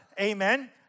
Amen